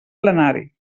plenari